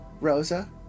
Rosa